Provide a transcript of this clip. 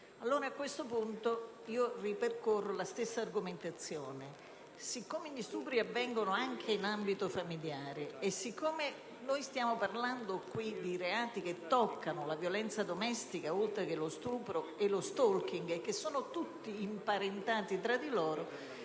fa. A questo punto ripercorro la stessa argomentazione: poiché gli stupri avvengono anche in ambito familiare e noi stiamo parlando qui di reati che toccano la violenza domestica, oltre che lo stupro e lo *stalking*, e che sono tutti imparentati tra loro,